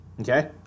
Okay